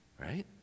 right